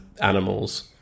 animals